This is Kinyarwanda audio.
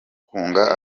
kunga